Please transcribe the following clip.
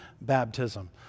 baptism